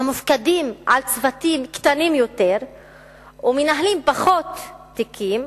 המופקדים על צוותים קטנים יותר ומנהלים פחות תיקים,